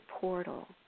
portal